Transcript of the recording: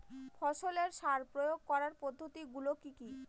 ফসলের সার প্রয়োগ করার পদ্ধতি গুলো কি কি?